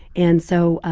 and so,